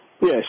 Yes